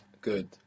Good